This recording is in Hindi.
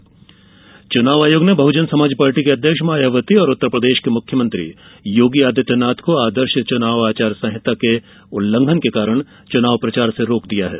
माया योगी रोक च्नाव आयोग ने बहजन समाज पार्टी की अध्यक्ष मायावती और उत्तरप्रदेश के मुख्यमंत्री योगी आदित्यनाथ को आदर्श चुनाव आचार संहिता के उल्लंघन के कारण चुनाव प्रचार से रोक दिया है